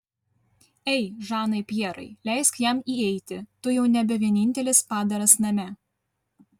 ei žanai pjerai leisk jam įeiti tu jau nebe vienintelis padaras name